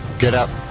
get up!